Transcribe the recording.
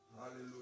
Hallelujah